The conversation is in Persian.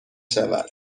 شود